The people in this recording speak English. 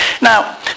Now